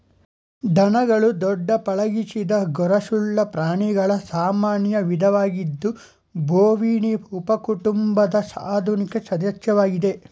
ದನಗಳು ದೊಡ್ಡ ಪಳಗಿಸಿದ ಗೊರಸುಳ್ಳ ಪ್ರಾಣಿಗಳ ಸಾಮಾನ್ಯ ವಿಧವಾಗಿದ್ದು ಬೋವಿನಿ ಉಪಕುಟುಂಬದ ಆಧುನಿಕ ಸದಸ್ಯವಾಗಿವೆ